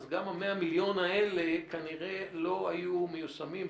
אז 100 מיליון השקלים האלה כנראה לא היו מיושמים.